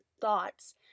thoughts